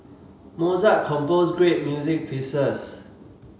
Mozart composed great music pieces